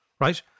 right